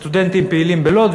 סטודנטים פעילים בלוד,